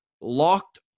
locked